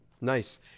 nice